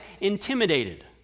intimidated